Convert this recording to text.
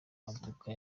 maduka